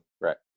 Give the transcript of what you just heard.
right